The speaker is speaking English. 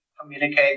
communicate